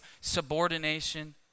subordination